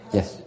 Yes